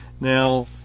Now